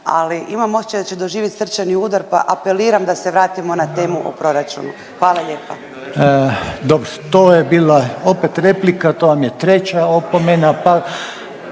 ali imam osjećaj da će doživjeti srčani udar pa apeliram da se vratimo na temu o proračunu. Hvala lijepa. **Reiner, Željko (HDZ)** Dobro. To je bila opet replika, to vam je treća opomena